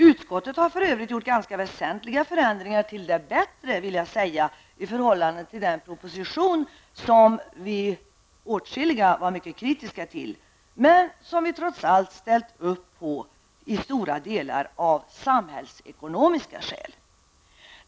Utskottet har för övrigt gjort ganska väsentliga förändringar till det bättre i förhållande till den proposition som åtskilliga av oss var mycket kritiska till, men som vi trots allt i stor utsträckning ställt upp på av samhällsekonomiska skäl.